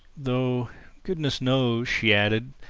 though goodness knows, she added,